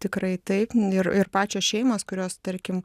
tikrai taip ir ir pačios šeimos kurios tarkim